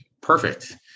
perfect